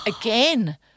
again